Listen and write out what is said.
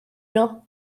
nhw